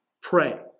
Pray